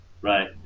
Right